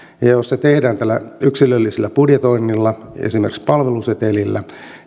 jos se tehdään tällä yksilöllisellä budjetoinnilla esimerkiksi palvelusetelillä